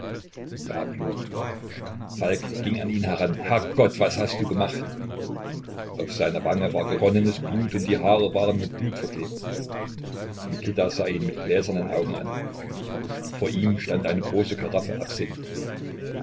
ja blut falk ging an ihn heran herr gott was hast du gemacht auf seiner wange war geronnenes blut und die haare waren mit blut verklebt mikita sah ihn mit gläsernen augen an vor ihm stand eine große karaffe absinth